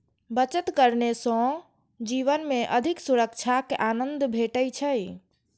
बचत करने सं जीवन मे अधिक सुरक्षाक आनंद भेटै छै